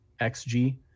XG